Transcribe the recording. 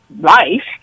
life